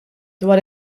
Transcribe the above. dwar